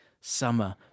summer